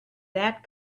that